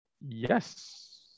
Yes